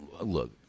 look